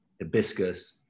hibiscus